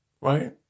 Right